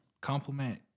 compliment